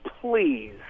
please